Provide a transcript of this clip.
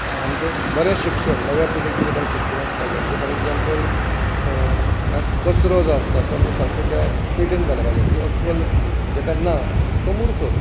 आमचें बरें शिक्षण नव्या पिळगेक तरी बरें शिक्षण आसपाक जाय म्हणजे फॉर एक्सांपल कचरो जो आसता तो आमी सारको त्या पेटयेंत घालपाक जाय ही अक्कल जाका ना तो मुर्ख